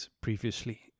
previously